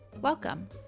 Welcome